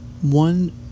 one